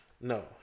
No